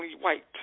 white